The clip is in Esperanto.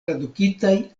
tradukitaj